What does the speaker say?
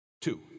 Two